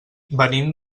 venim